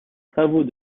travaux